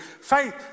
faith